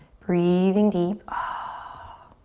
breathing deep. ah